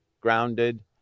grounded